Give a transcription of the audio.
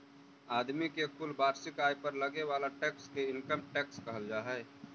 आदमी के कुल वार्षिक आय पर लगे वाला टैक्स के इनकम टैक्स कहल जा हई